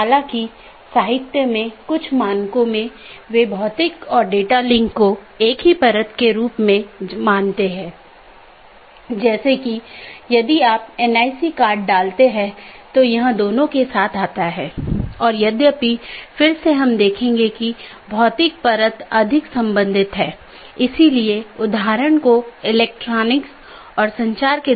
यदि आप पिछले लेक्चरों को याद करें तो हमने दो चीजों पर चर्चा की थी एक इंटीरियर राउटिंग प्रोटोकॉल जो ऑटॉनमस सिस्टमों के भीतर हैं और दूसरा बाहरी राउटिंग प्रोटोकॉल जो दो या उससे अधिक ऑटॉनमस सिस्टमो के बीच है